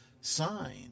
sign